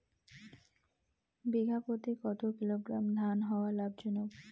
বিঘা প্রতি কতো কিলোগ্রাম ধান হওয়া লাভজনক?